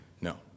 no